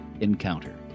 Encounter